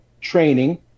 training –